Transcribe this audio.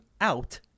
out